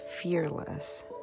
fearless